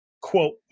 Quote